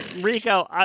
Rico